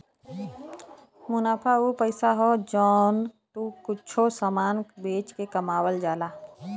मुनाफा उ पइसा हौ जौन तू कुच्छों समान बेच के कमावल जाला